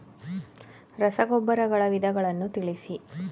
ರಸಗೊಬ್ಬರಗಳ ವಿಧಗಳನ್ನು ತಿಳಿಸಿ?